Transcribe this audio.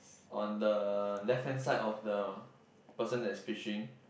on the left hand side of the person that is fishing